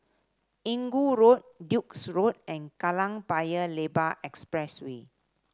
Inggu Road Duke's Road and Kallang Paya Lebar Expressway